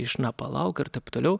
iš na palauk ir taip toliau